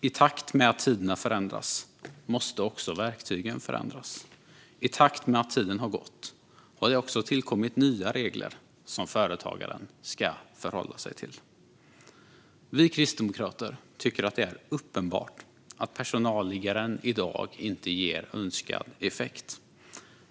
I takt med att tiderna förändras måste också verktygen förändras. I takt med att tiden har gått har det också tillkommit nya regler som företagaren ska förhålla sig till. Vi kristdemokrater tycker att det är uppenbart att personalliggaren i dag inte ger önskad effekt.